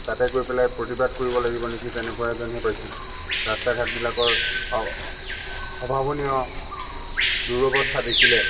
তাতে গৈ পেলাই প্ৰতিবাদ কৰিব লাগিব নেকি তেনেকুৱা যেনহে পাইছোঁ ৰাস্তা ঘাটবিলাকৰ অভাৱনীয় দুৰৱস্থা দেখিলে